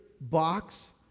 box